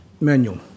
Manual